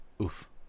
Oof